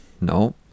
No